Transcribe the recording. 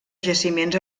jaciments